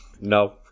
no